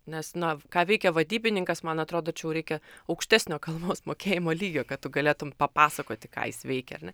nes na ką veikia vadybininkas man atrodo čia jau reikia aukštesnio kalbos mokėjimo lygio kad tu galėtum papasakoti ką jis veikia ar ne